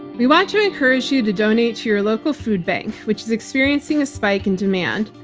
we want to encourage you to donate to your local food bank, which is experiencing a spike in demand.